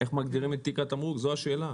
איך מגדירים את תיק התמרוק, זו השאלה?